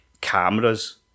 cameras